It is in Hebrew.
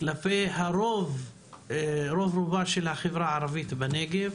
כלפי רוב החברה הערבית בנגב.